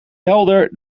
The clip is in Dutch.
helder